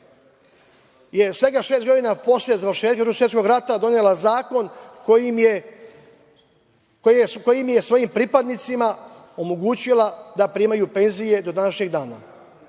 svega šest godina posle završetka Drugog svetskog rata donela zakon kojim je svojim pripadnicima omogućila da primaju penzije do današnjeg dana.